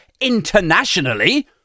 internationally